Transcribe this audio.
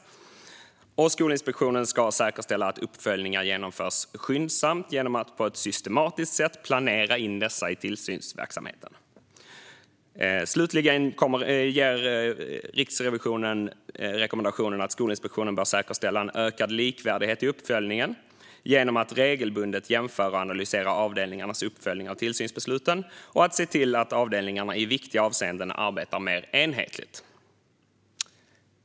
Skolinspektionen ska säkerställa att uppföljningar genomförs skyndsamt genom att på ett systematiskt sätt planera in dessa i tillsynsverksamheten. Slutligen ger Riksrevisionen rekommendationen att Skolinspektionen bör säkerställa en ökad likvärdighet i uppföljningen genom att regelbundet jämföra och analysera avdelningarnas uppföljning av tillsynsbesluten och se till att avdelningarna i viktiga avseenden arbetar mer enhetligt.